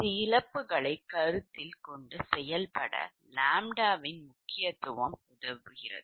இது இழப்புகளை கருத்தில் கொண்டு செயல்பட ʎ வின் முக்கியத்துவம் உதவுகிறது